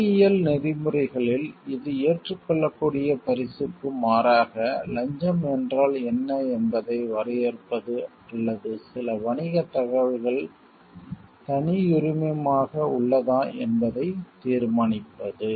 பொறியியல் நெறிமுறைகளில் இது ஏற்றுக்கொள்ளக்கூடிய பரிசுக்கு மாறாக லஞ்சம் என்றால் என்ன என்பதை வரையறுப்பது அல்லது சில வணிகத் தகவல் தனியுரிமமாக உள்ளதா என்பதைத் தீர்மானிப்பது